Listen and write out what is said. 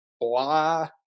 blah